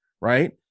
right